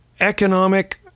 economic